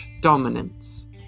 dominance